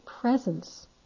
presence